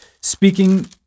speaking